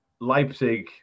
Leipzig